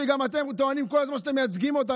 שאתם טוענים כל הזמן שאתם מייצגים אותם.